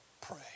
pray